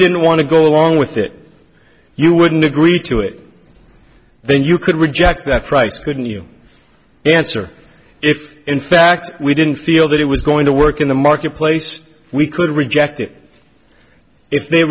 didn't want to go along with it you wouldn't agree to it then you could reject that price couldn't you answer if in fact we didn't feel that it was going to work in the marketplace we could reject it if they